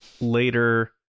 later